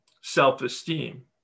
Self-esteem